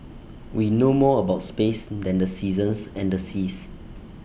we know more about space than the seasons and the seas